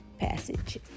passage